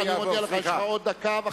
אני מודיע לך: יש לך עוד דקה וחצי.